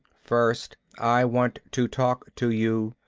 first, i want to talk to you.